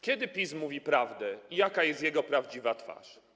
Kiedy PiS mówi prawdę i jaka jest jego prawdziwa twarz?